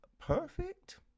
perfect